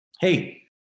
hey